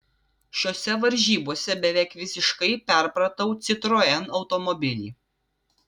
šiose varžybose beveik visiškai perpratau citroen automobilį